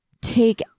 take